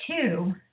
Two